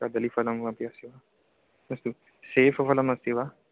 कदलीफलम् अपि अस्ति वा अस्तु सेवफलम् अस्ति वा